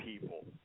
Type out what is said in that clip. people